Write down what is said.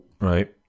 Right